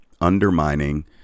undermining